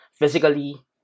Physically